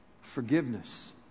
forgiveness